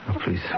Please